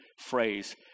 phrase